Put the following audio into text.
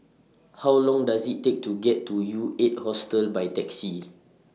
How Long Does IT Take to get to U eight Hostel By Taxi